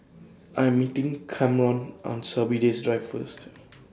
I Am meeting Kamron on Sorby Diss Drive First